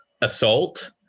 assault